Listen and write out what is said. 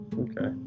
Okay